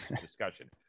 discussion